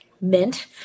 mint